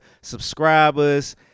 subscribers